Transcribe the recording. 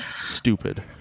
Stupid